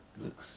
two hundred